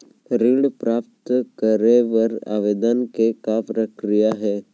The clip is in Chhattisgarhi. ऋण प्राप्त करे बर आवेदन के का प्रक्रिया हे?